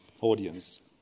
audience